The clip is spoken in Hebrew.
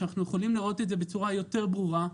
שאנחנו יכולים לראות את זה בצורה יותר ברורה.